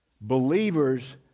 believers